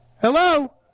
Hello